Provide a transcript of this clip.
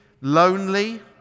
lonely